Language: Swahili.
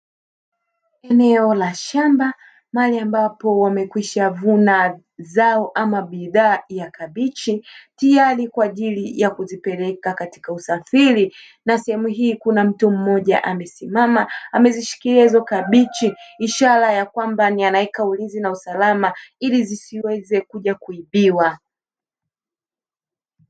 Eneo la shamba mahali ambao wamekwisha vuna zao ama bidhaa ya kabichi, tayari kwa ajili ya kuzipeleka katika usafiri na sehemu hii kuna mtu mmoja amesimama amezishikilia hizo kabichi ishara ya kwamba ni anaweka ulinzi na usalama ili zisiweze kuja kuibiwa.